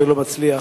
לא מצליח.